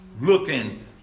Looking